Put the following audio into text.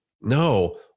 No